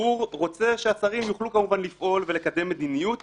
הציבור רוצה שהשרים יוכלו כמובן לפעול ולקדם מדיניות